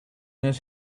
his